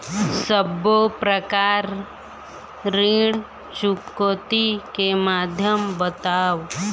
सब्बो प्रकार ऋण चुकौती के माध्यम बताव?